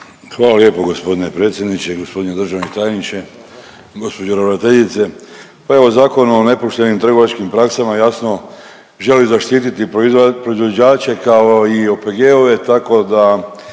Hvala lijepo gospodine predsjedniče. Gospodine državni tajniče, gospođo ravnateljice pa evo Zakon o nepoštenim trgovačkim praksama jasno želi zaštititi proizvođače kao i OPG-ove tako da